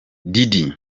diddy